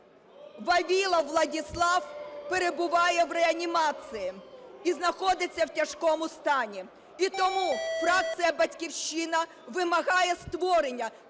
Вавілов Владислав перебуває в реанімації і знаходиться в тяжкому стані. І тому фракція "Батьківщина" вимагає створення